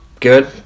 good